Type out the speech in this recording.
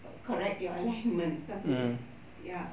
correct your alignment something like that ya